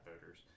voters